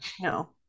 no